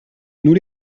nous